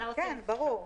כן, ברור.